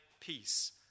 peace